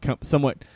somewhat